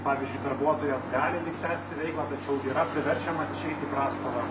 pavyzdžiui darbuotojas gali lyg tęsti veiklą tačiau yra priverčiamas išeit į prastovą